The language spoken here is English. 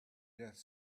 death